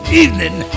evening